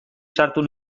sartu